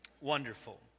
Wonderful